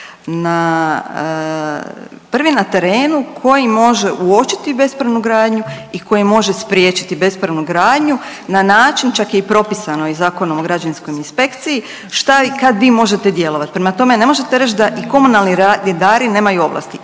kaže na terenu koji može uočiti bespravnu gradnju i koji može spriječiti bespravnu gradnju na način čak je i propisano Zakonom o građevinskoj inspekciji šta i kad vi možete djelovat. Prema tome, ne možete reć da i komunalni redari nemaju ovlasti,